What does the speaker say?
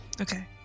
Okay